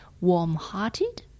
warm-hearted